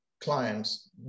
clients